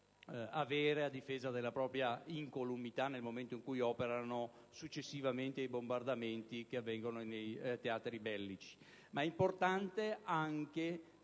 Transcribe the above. avere a difesa della propria incolumità nel momento in cui operano successivamente ai bombardamenti che avvengono nei teatri bellici. Ma ciò è importante anche